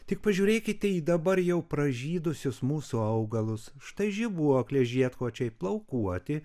tik pažiūrėkite į dabar jau pražydusius mūsų augalus štai žibuoklė žiedkočiai plaukuoti